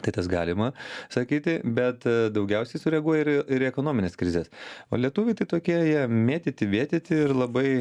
tai tas galima sakyti bet daugiausiai sureaguoja ir į ir į ekonomines krizes o lietuviai tai tokie jie mėtyti vėtyti ir labai